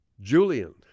Julian